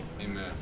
Amen